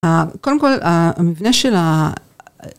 ה... קודם כל ה... המבנה של ה...